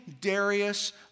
Darius